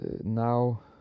now